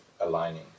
aligning